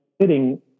sitting